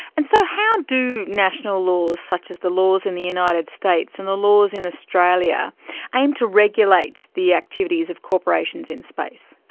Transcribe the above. and so how do national laws such as the laws in the united states and the laws in australia aim to regulate the activities of corporations in space?